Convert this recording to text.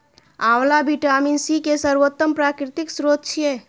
आंवला vitamin C के सर्वोत्तम प्राकृतिक स्रोत छियै